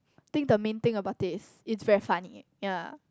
think the main thing about it is it's very funny ya